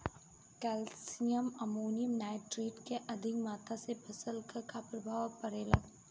Calcium ammonium nitrate के अधिक मात्रा से फसल पर का प्रभाव परेला?